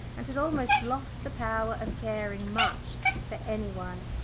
and had almost lost the power of caring much for any one.